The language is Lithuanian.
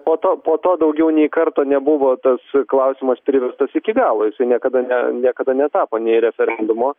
po to po to daugiau nė karto nebuvo tas klausimas privestas iki galo jisai niekada na niekada netapo nei referendumo